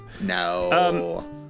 No